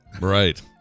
Right